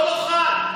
לא נוכל.